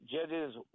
Judges